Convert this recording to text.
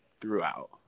throughout